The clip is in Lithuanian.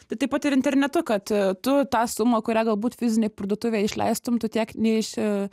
tai taip pat ir internetu kad tu tą sumą kurią galbūt fizinėj parduotuvėj išleistum tu tiek neiši